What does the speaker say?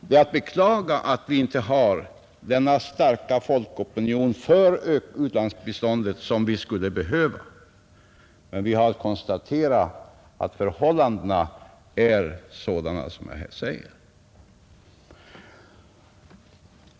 Det är att beklaga att vi inte har den starka folkopinion för u-landsbiståndet som vi skulle behöva, men man kan bara konstatera att förhållandena är sådana som jag här säger.